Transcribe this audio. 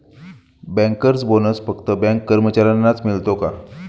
Bankers bonus फक्त bank कर्मचाऱ्यांनाच मिळतो का?